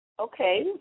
okay